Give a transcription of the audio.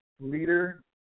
leader